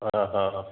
हा हा हा